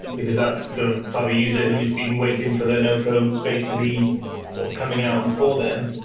because that's the type of user who's been waiting for the no-code space to be sort of coming out and for them.